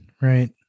Right